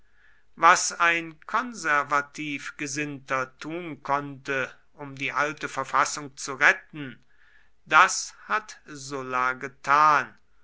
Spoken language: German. was ein konservativ gesinnter tun konnte um die alte verfassung zu retten das hat sulla getan